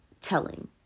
telling